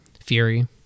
Fury